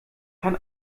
kann